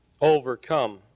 overcome